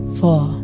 four